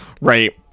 Right